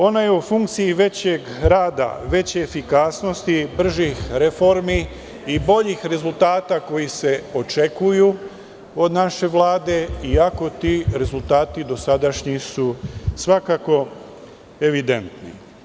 Ona je u funkciji većeg rada, veće efikasnosti, bržih reformi i boljih rezultata koji se očekuju od naše Vlade iako ti rezultati dosadašnji su svakako evidentni.